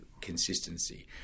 consistency